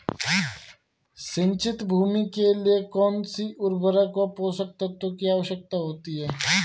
सिंचित भूमि के लिए कौन सी उर्वरक व पोषक तत्वों की आवश्यकता होती है?